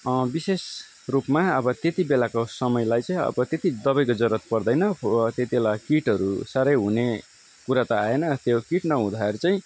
विशेष रूपमा अब त्यति बेलाको समयलाई चाहिँ अब त्यति दबाईको जरुरत पर्दैन अब त्यति बेला किटहरू साह्रै हुने कुरा त आएन त्यो किट नहुँदाखेरि चाहिँ